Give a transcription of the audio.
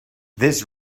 this